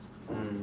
mm